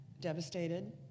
devastated